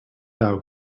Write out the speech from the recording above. thou